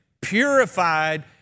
purified